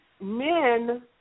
men